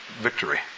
victory